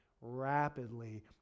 rapidly